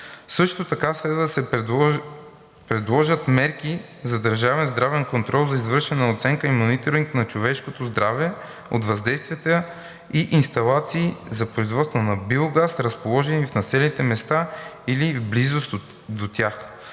Също така следва да се предложат мерки на държавен здравен контрол за извършване на оценка и мониторинг на човешкото здраве от въздействия на инсталации за производство на биогаз, разположени в населените места или в близост до тях.